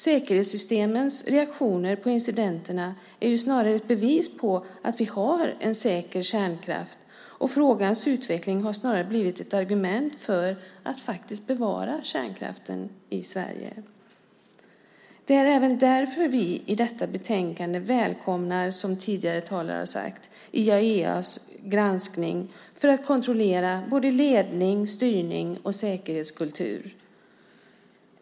Säkerhetssystemens reaktioner på incidenterna är snarare ett bevis på att vi har en säker kärnkraft, och frågans utveckling har snarare blivit ett argument för att bevara kärnkraften i Sverige. Det är även därför vi i detta betänkande - som tidigare talare har sagt - välkomnar IAEA:s granskning för att kontrollera både ledning, styrning och säkerhetskultur.